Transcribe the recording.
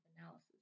analysis